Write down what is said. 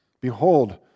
Behold